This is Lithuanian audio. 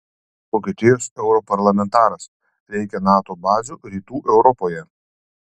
vokietijos europarlamentaras reikia nato bazių rytų europoje